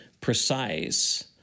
precise